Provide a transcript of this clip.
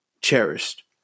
cherished